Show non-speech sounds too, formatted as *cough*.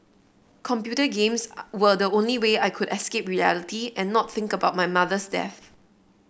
computer games *unintelligible* were the only way I could escape reality and not think about my mother's death